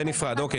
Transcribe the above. בנפרד, אוקיי.